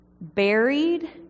buried